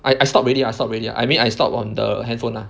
I I stop already ah I stop already ah I mean I stopped on the handphone lah